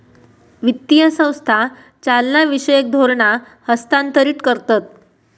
वित्तीय संस्था चालनाविषयक धोरणा हस्थांतरीत करतत